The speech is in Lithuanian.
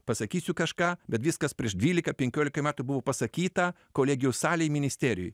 pasakysiu kažką bet viskas prieš dvylika penkiolika metų buvo pasakyta kolegijų salėj ministerijoj